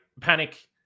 panic